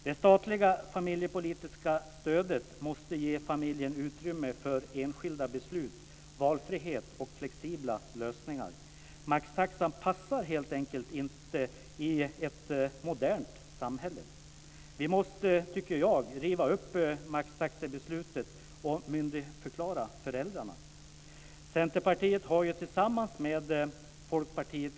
Det statliga familjepolitiska stödet måste ge familjen utrymme för enskilda beslut, valfrihet och flexibla lösningar. Maxtaxan passar helt enkelt inte i ett modernt samhälle. Vi måste, tycker jag, riva upp maxtaxebeslutet och myndigförklara föräldrarna.